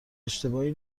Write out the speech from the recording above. اشتباهی